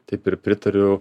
taip ir pritariu